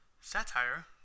satire